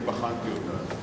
אני בחנתי אותה אז.